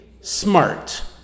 smart